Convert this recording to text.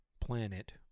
planet